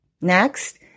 Next